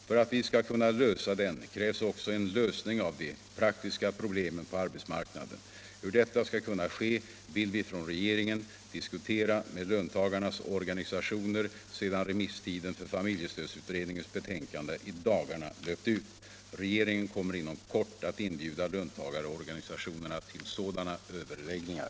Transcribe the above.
För att vi skall kunna lösa den krävs också en lösning av de praktiska problemen på arbetsmarknaden. Hur detta skall kunna ske vill vi från regeringen diskutera med löntagarnas organisationer sedan remisstiden för familjestödsutredningens betänkande i dagarna löpt ut. Regeringen kommer inom kort att inbjuda löntagarorganisationerna till sådana överläggningar.